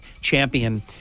Champion